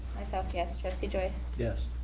myself yes trustee joyce? yes.